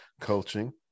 coaching